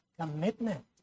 commitment